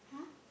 !huh!